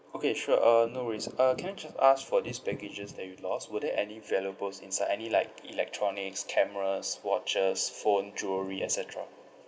okay sure uh no worries uh can I just ask for these baggages that you lost were there any valuables inside any like electronics cameras watches phone jewelry et cetera